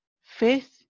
faith